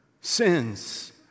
sins